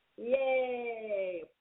Yay